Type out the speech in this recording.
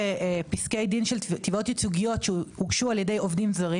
פסקי דין של תביעות ייצוגיות שהוגשו על ידי עובדים זרים